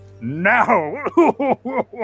now